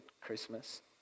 Christmas